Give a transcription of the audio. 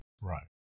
Right